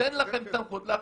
נותנים לכם סמכות להחליט.